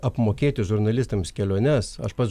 apmokėti žurnalistams keliones aš pats